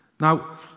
Now